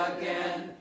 again